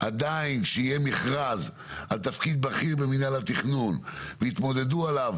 כשיהיה מכרז על תפקיד בכיר במינהל התכנון ויתמודדו עליו